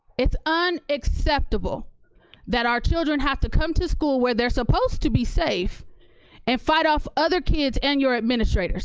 it's unacceptable that our children have to come to school where they're supposed to be safe and fight off other kids and your administrators